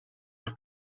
els